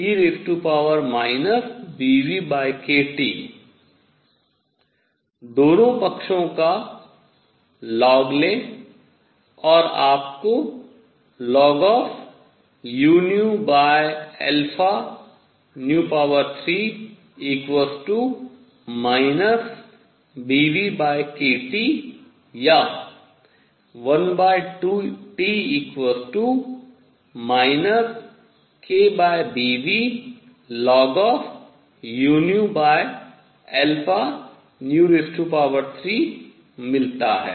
तो u3e βνkT दोनों पक्षों का लघुगणक लें और आपको ln⁡ βνkT या 1 T kβνln u3 मिलता है